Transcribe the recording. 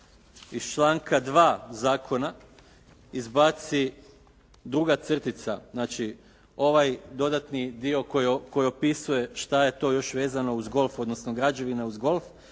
iz članka 2. zakona izbaci duga crtica, znači ovaj dodatni dio koji opisuje šta je to još vezano uz golf, odnosno građevine uz golf,